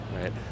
right